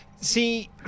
See